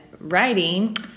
writing